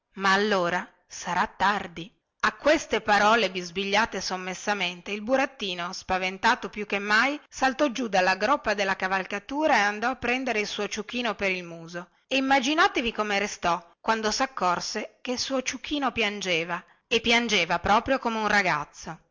ma allora sarà tardi a queste parole bisbigliate sommessamente il burattino spaventato più che mai saltò giù dalla groppa della cavalcatura e andò a prendere il suo ciuchino per il muso e immaginatevi come restò quando saccorse che il suo ciuchino piangeva e piangeva proprio come un ragazzo